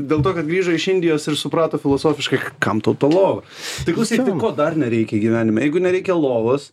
dėl to kad grįžo iš indijos ir suprato filosofiškai kam tau ta lova tai klausyk tai ko dar nereikia gyvenime jeigu nereikia lovos